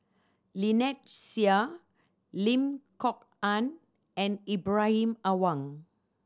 Lynnette Seah Lim Kok Ann and Ibrahim Awang